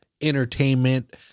entertainment